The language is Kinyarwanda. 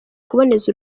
kuboneza